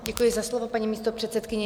Děkuji za slovo, paní místopředsedkyně.